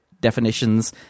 definitions